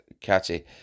catchy